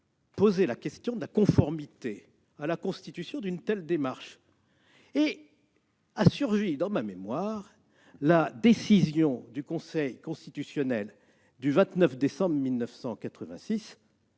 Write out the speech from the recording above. posé la question de la conformité à la Constitution d'une telle démarche. Et a surgi dans ma mémoire la décision du Conseil constitutionnel du 29 décembre 1986.